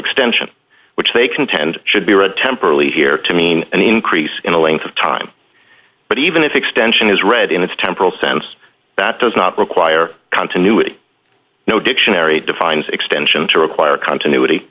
extension which they contend should be read temporally here to mean an increase in the length of time but even if extension is read in its temporal sense that does not require continuity no dictionary defines an extension to require continuity